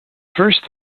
first